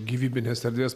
gyvybinės erdvės